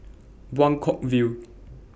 Buangkok View